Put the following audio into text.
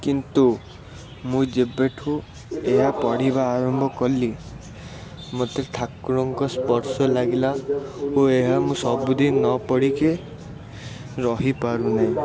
କିନ୍ତୁ ମୁଁ ଯେବେଠୁ ଏହା ପଢ଼ିବା ଆରମ୍ଭ କଲି ମୋତେ ଠାକୁରଙ୍କ ସ୍ପର୍ଶ ଲାଗିଲା ଓ ଏହା ମୁଁ ସବୁଦିନ ନପଢ଼ିକି ରହିପାରୁନି